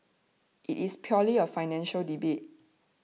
it is purely a financial debate